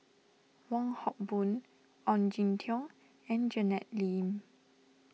Wong Hock Boon Ong Jin Teong and Janet Lim